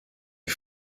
est